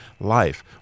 life